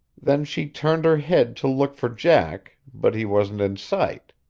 then she turned her head to look for jack, but he wasn't in sight.